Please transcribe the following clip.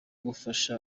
gufasha